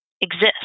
exist